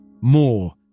more